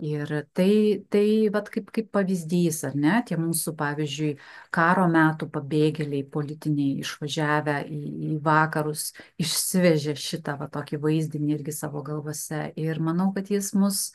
ir tai tai vat kaip kaip pavyzdys ar ne tie mūsų pavyzdžiui karo metų pabėgėliai politiniai išvažiavę į į vakarus išsivežė šitą va tokį vaizdinį irgi savo galvose ir manau kad jis mus